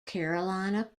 carolina